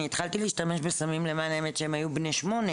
התחלתי להשתמש בסמים, למען האמת, כשהם היו בני 8,